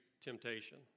temptation